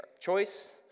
choice